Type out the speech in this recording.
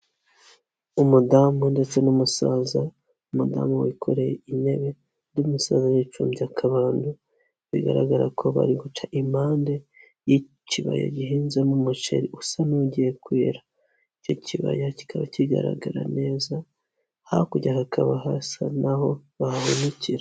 Umudamu ndetse n'umusaza, madamu wikoreye intebe, umusaza yicunze akabando, bigaragara ko bari guca impande y'ikibaya gihinzemo umuceri usa n'ugiye kwera, icyo kibaya kikaba kigaragara neza, hakurya hakaba hasa naho bahahunikira.